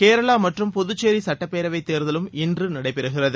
கேரளாமற்றும் புதுச்சேரிசட்டப்பேரவைத் தேர்தலும் இன்றுநடைபெறுகிறது